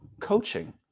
coaching